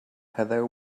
heather